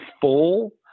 full